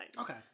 Okay